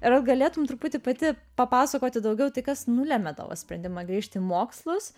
ar galėtum truputį pati papasakoti daugiau tai kas nulėmė tavo sprendimą grįžti į mokslus